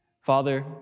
Father